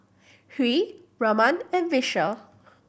Hri Raman and Vishal